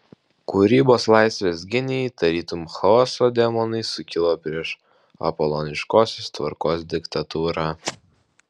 kūrybos laisvės genijai tarytum chaoso demonai sukilo prieš apoloniškosios tvarkos diktatūrą